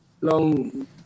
long